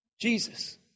Jesus